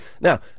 Now